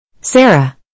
Sarah